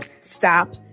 stop